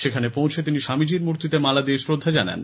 সেখানে পৌঁছে তিনি স্বামীজীর মূর্তিতে মালা দিয়ে শ্রদ্ধা জানান